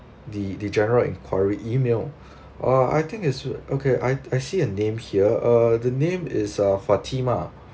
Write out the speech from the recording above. the the general enquiry email uh I think is okay I I see a name here uh the name is uh fatima